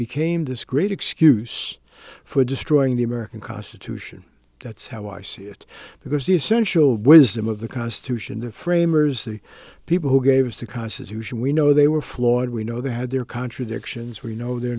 became this great excuse for destroying the american constitution that's how i see it because the essential wisdom of the constitution the framers the people who gave us the constitution we know they were flawed we know they had their contradictions where you know their